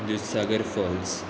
Dudhsagar falls